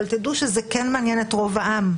אבל תדעו שזה כן מעניין את רוב העם,